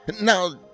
Now